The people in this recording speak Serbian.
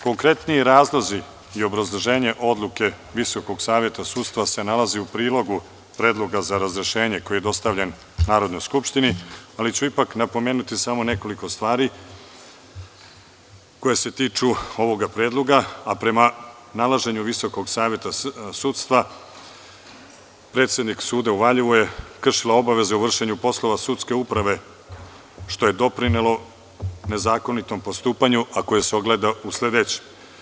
Konkretniji razlozi i obrazloženje odluke Visokog saveta sudstva se nalaze u prilogu predloga za razrešenje koji je dostavljen Narodnoj skupštini, ali ću ipak napomenuti samo nekoliko stvari koje se tiču ovoga predloga, a prema nalaženju Visokog saveta sudstva predsednik suda u Valjevu je kršila obaveze u vršenju poslova sudske uprave, što je doprinelo nezakonitom postupanju, a koje se ogleda u sledećem.